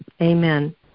amen